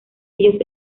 ellos